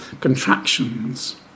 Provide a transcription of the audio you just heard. contractions